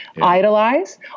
idolize